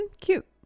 Cute